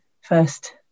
first